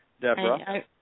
Deborah